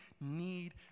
need